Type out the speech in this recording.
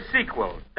sequel